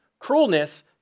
cruelness